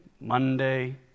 Monday